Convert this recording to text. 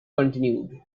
continued